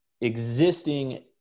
existing